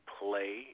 play